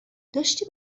داشتی